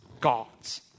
God's